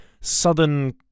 southern